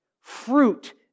Fruit